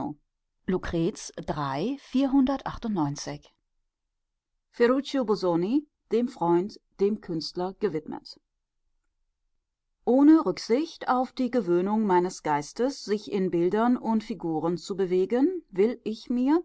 busoni dem freund dem künstler gewidmet ohne rücksicht auf die gewöhnung meines geistes sich in bildern und figuren zu bewegen will ich mir